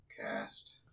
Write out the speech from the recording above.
Cast